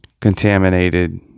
contaminated